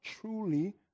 truly